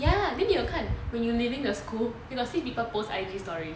ya then they will come and when they leaving the school you got see people post I_G story